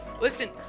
Listen